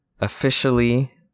officially